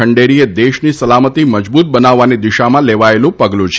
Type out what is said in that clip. ખંડેરી એ દેશની સલામતી મજબૂત બનાવવાની દિશામાં લેવાયેલું પગલું છે